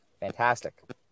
Fantastic